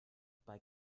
bei